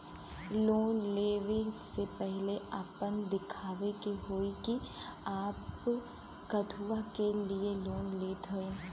Loan ले वे से पहिले आपन दिखावे के होई कि आप कथुआ के लिए लोन लेत हईन?